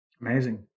Amazing